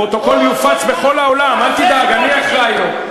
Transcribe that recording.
הפרוטוקול יופץ בכל העולם, אל תדאג, אני אחראי לו.